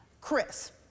Chris